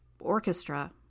orchestra